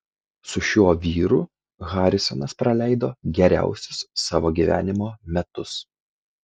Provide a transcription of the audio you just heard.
su šiuo vyru harisonas praleido geriausius savo gyvenimo metus